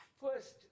First